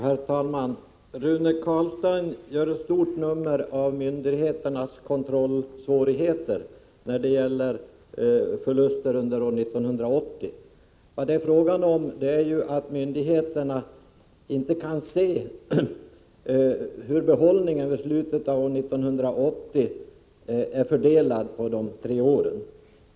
Herr talman! Rune Carlstein gör ett stort nummer av myndigheternas kontrollsvårigheter när det gäller förluster under 1980. Vad det är fråga om är att myndigheterna inte kan se hur behållningen vid slutet av 1980 är fördelad på de tre åren.